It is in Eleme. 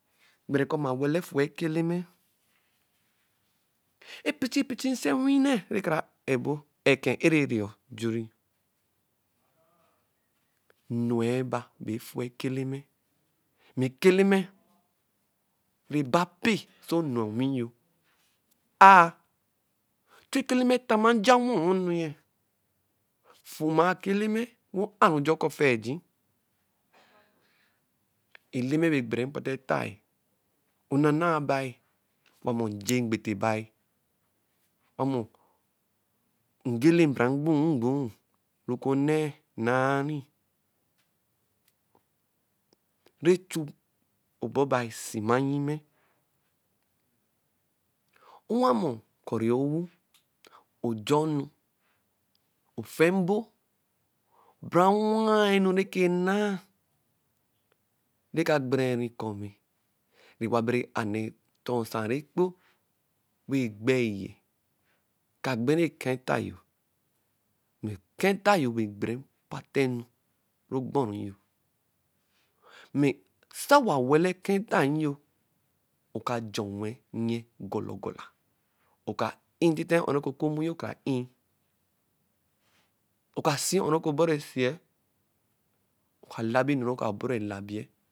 Gbere kɔ mma wala efue ɛka Eleme, epichi pichi nsewinɛ nekara a-ebo, a-eke ereri-o jun. no-e ba bɛ efue ɛka Eleme. Mɛ eka Eleme reba pɛ sɛ no-e onwi yo. E-aa. chu ɛka eleme tama nja wɛ onu yɛ. Fuma-a ɛka Eleme, wɛ aru ajo ẹka ofeji. Eleme bɛ egbere mpata e-tae. Onana bia. owamɔ eje mgbete bai. owamɔ ngelawu bara mgbum-mgbum nɛ oku onne nari. Nɛ chu ɔbor bai sima nyime. Owa mɔ okɔri owu. ojanu. ofe-mbo bara owaa enu nekere naa. neka gbereri kɔ neware a-nee ɔtor nsa rɛ ekpo, wɛ rɛ gbei-ye. Kagberi ɛka eta yo. mẹ ɛka eta yo be egbere mpata enu nɛ ɔgbɔru yo. Mẹ se owa wala ɛka eta yo. oka jɔ nwẹ nyɛ gola-ogola. Oka e-n ntite o-on rɛ ke oku omu nyo kara e-n. Oka si o-on nẹ ɔbɔru esi-e. Oka labi enu nɛ oburu elabi-e.